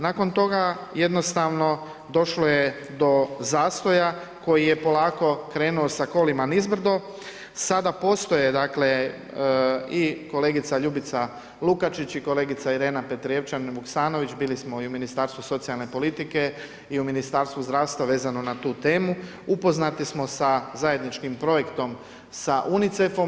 Nakon toga jednostavno došlo je do zastoja koji je polako krenuo sa kolima nizbrdo, sada postoje i kolegice Ljubica Lukačić i kolegica Irena Petrijevčanin Vuksanović, bili smo i u Ministarstvu socijalne politike i u Ministarstvu zdravstva vezano na tu temu, upoznati smo sa zajedničkim projektom sa UNICEF-om.